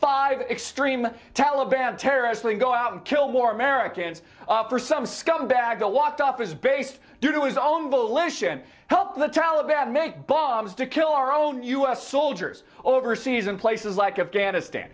five extreme taliban terrorists they go out and kill more americans for some scumbag all walked off his base due to his own volition help the taliban have make bombs to kill our own u s soldiers overseas in places like afghanistan